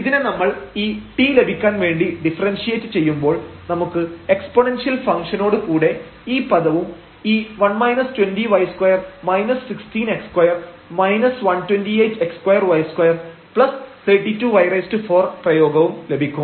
ഇതിനെ നമ്മൾ ഈ t ലഭിക്കാൻ വേണ്ടി ഡിഫറെൻഷിയേറ്റ് ചെയ്യുമ്പോൾ നമുക്ക് എക്സ്പോണെൻഷ്യൽ ഫംഗ്ഷനോട് കൂടെ ഈ പദവും ഈ 1 20y2 16x2 128 x2 y232y4 പ്രയോഗവും ലഭിക്കും